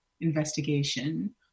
investigation